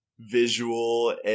visual